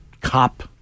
cop